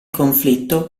conflitto